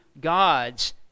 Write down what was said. God's